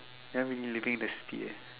then we living the steer